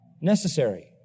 Necessary